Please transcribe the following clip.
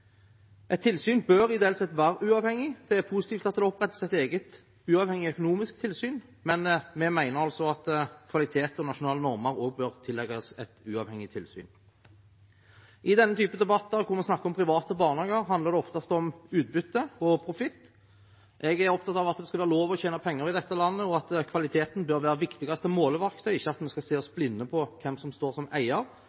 Et tilsyn bør ideelt sett være uavhengig. Det er positivt at det opprettes et eget uavhengig økonomisk tilsyn, men vi mener altså at kvalitet og nasjonale normer også bør tillegges et uavhengig tilsyn. I denne typen debatter hvor vi snakker om private barnehager, handler det oftest om utbytte og profitt. Jeg er opptatt av at det skal være lov å tjene penger i dette landet, og at kvaliteten bør være det viktigste måleverktøy, ikke at vi skal se oss